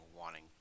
wanting